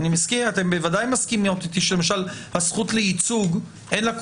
אתם בוודאי מסכימות איתי שלמשל הזכות לייצוג אין לה כל